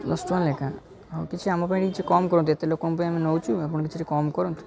ଦଶ ଟଙ୍କା ଲେଖାଁ ଆଉ କିଛି ଆମ ପାଇଁ କିଛି କମ କରନ୍ତୁ ଏତେ ଲୋକଙ୍କ ପାଇଁ ଆମେ ନେଉଛୁ ଆପଣ କିଛି କମ୍ କରନ୍ତୁ